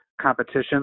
competition